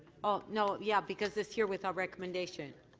oh, no, yeah, because it's here without recommendation.